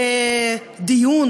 לדיון.